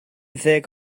ddeg